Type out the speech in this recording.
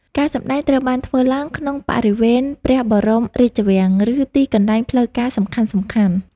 ការសម្តែងត្រូវបានធ្វើឡើងក្នុងបរិវេណព្រះបរមរាជវាំង ឬទីកន្លែងផ្លូវការសំខាន់ៗ។